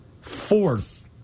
fourth